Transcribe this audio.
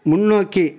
முன்னோக்கி